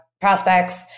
prospects